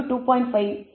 5 சதவீதம்